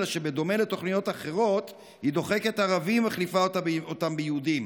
אלא שבדומה לתוכניות אחרות היא דוחקת ערבים ומחליפה אותם ביהודים,